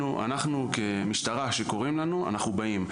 אנחנו כמשטרה כשקוראים לנו, אנחנו באים.